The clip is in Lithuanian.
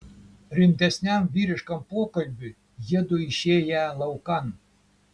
rimtesniam vyriškam pokalbiui jiedu išėję laukan